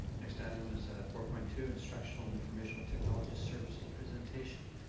next item is four point two instructional and informational technology services presentation.